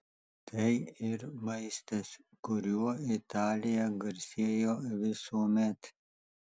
tai ir maistas kuriuo italija garsėjo visuomet